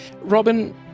Robin